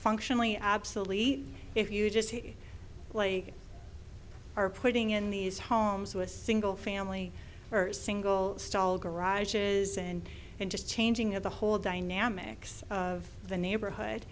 functionally obsolete if you just like are putting in these homes with single family or single stall garages and just changing of the whole dynamics of the neighborhood